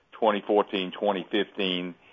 2014-2015